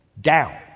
down